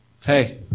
hey